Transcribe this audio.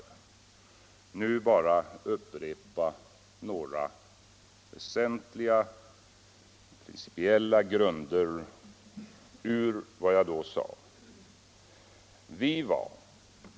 Jag vill nu bara upprepa några väsentliga och principiella ståndpunkter.